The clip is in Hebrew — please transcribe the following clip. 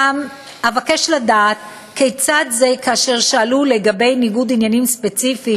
אבקש לדעת גם כיצד כאשר שאלו לגבי ניגוד עניינים ספציפי,